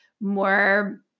more